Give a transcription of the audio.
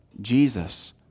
Jesus